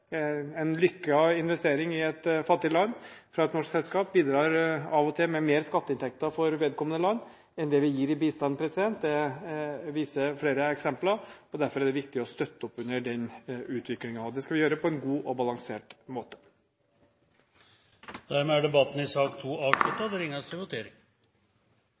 En vellykket investering i et fattig land fra et norsk selskap bidrar av og til med mer skatteinntekter for vedkommende land enn det vi gir i bistand. Det viser flere eksempler. Derfor er det viktig å støtte opp under den utviklingen, og det skal vi gjøre på en god og balansert måte. Dermed er debatten i sak nr. 2 avsluttet. Da er Stortinget klar til å gå til votering